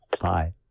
Bye